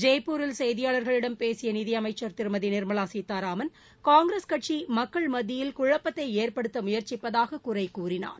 ஜெய்ப்பூரில் செய்தியாளர்களிடம் பேசிய நிதியமைச்சர் திருமதி நிர்மலா சீதாராமன் காங்கிரஸ் கட்சி மக்கள் மத்தியில் குழப்பத்தை ஏற்படுத்த முயற்சிப்பதாக குறை கூறினார்